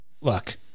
Look